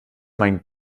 mein